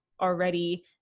already